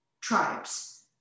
tribes